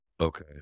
Okay